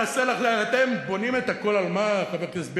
אתם בונים הכול, על מה, חבר הכנסת בילסקי?